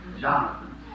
Jonathan